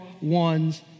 one's